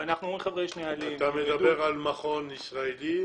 אתה מדבר על מכון ישראלי?